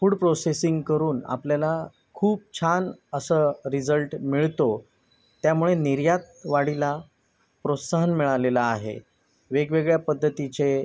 food processing करून आपल्याला खूप छान असं रिझल्ट मिळतो त्यामुळे निर्यात वाढीला प्रोत्साहन मिळालेलं आहे वेगवेगळ्या पद्धतीचे